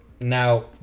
now